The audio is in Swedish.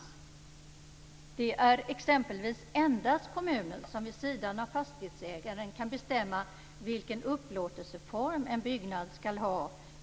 Vid planläggning är det exempelvis endast kommunen som vid sidan av fastighetsägaren kan bestämma vilken upplåtelseform en byggnad skall ha.